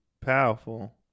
powerful